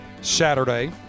Saturday